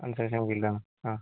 construction field ആണ് ആ